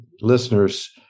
listeners